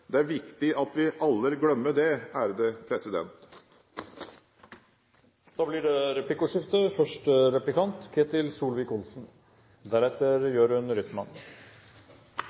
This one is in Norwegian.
Det er viktig at vi aldri glemmer det. Det blir replikkordskifte.